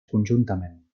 conjuntament